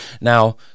now